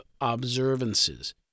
observances